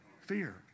Fear